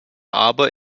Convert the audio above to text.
aber